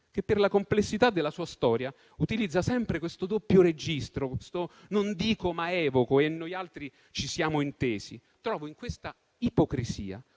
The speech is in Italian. che, per la complessità della sua storia, utilizza sempre questo doppio registro: non dico, ma evoco (e noi altri ci siamo intesi). Trovo in questa ipocrisia,